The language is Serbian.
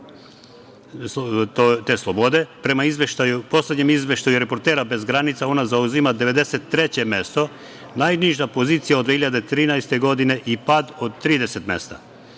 te slobode. Prema poslednjem izveštaju „Reportera bez granica“, ona zauzima 93 mesto. Najniža pozicija od 2013. godine i pad od 30 mesta.